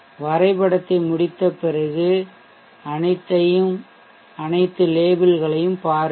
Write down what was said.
வரைபடத்தை முடித்த பிறகு அனைத்து லேபிள்களையும் பாருங்கள்